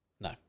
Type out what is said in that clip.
No